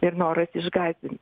ir noras išgąsdint